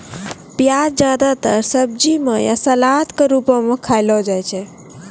प्याज जादेतर सब्जी म या सलाद क रूपो म खयलो जाय छै